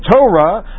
Torah